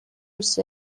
بیست